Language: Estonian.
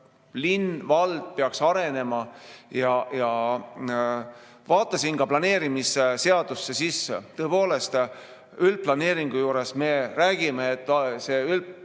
linn või vald peaks arenema. Vaatasin ka planeerimisseadust. Tõepoolest, üldplaneeringu juures me räägime, et see üldplaneering